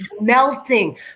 melting